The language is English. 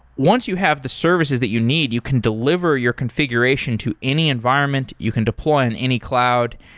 once you have the services that you need, you can deliver your configuration to any environment, you can deploy in any cloud.